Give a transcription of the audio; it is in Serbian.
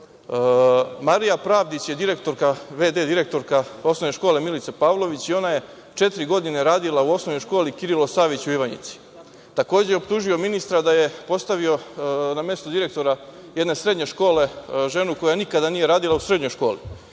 Marija Pravdić je direktorka, vd direktorka Osnovne škole „Milica Pavlović“ i ona je četiri godine radila u Osnovnoj školi „Kirilo Savić“ u Ivanjici. Takođe je optužio ministra da je postavio na mesto direktora jedne srednje škole ženu koja nikada nije radila u srednjoj školi.